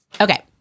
Okay